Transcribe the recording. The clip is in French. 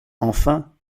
enfin